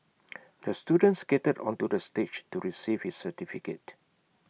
the student skated onto the stage to receive his certificate